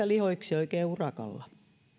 lihoiksi oikein urakalla